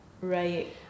Right